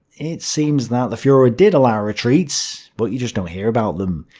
it seems that the fuhrer ah did allow retreats but you just don't hear about them.